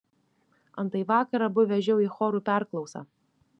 antai vakar abu vežiau į chorų perklausą